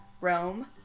Rome